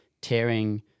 tearing